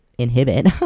inhibit